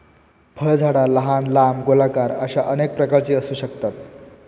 फळझाडा लहान, लांब, गोलाकार अश्या अनेक प्रकारची असू शकतत